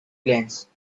glance